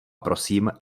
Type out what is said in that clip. prosím